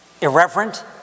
irreverent